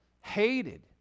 hated